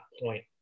point